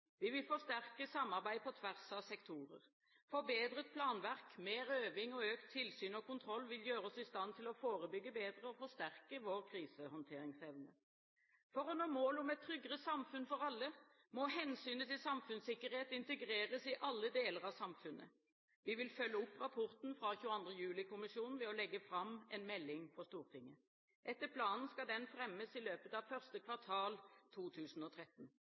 Vi vil forsterke samarbeid på tvers av sektorer. Forbedret planverk, mer øving og økt tilsyn og kontroll vil gjøre oss i stand til å forebygge bedre og forsterke vår krisehåndteringsevne. For å nå målet om et tryggere samfunn for alle må hensynet til samfunnssikkerhet integreres i alle deler av samfunnet. Vi vil følge opp rapporten fra 22. juli-kommisjonen ved å legge fram en melding for Stortinget. Etter planen skal den fremmes i løpet av 1. kvartal 2013.